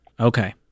Okay